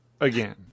Again